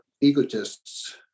egotists